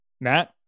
Matt